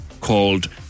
called